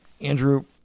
Andrew